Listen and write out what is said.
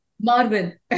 Marvin